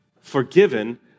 forgiven